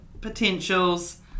potentials